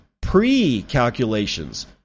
pre-calculations